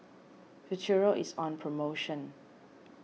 Futuro is on promotion